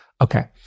Okay